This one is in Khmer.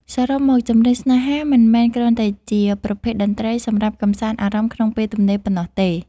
សរុបមក ចម្រៀងស្នេហា មិនមែនគ្រាន់តែជាប្រភេទតន្ត្រីសម្រាប់កម្សាន្តអារម្មណ៍ក្នុងពេលទំនេរប៉ុណ្ណោះទេ